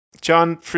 John